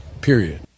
Period